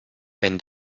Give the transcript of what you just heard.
wenn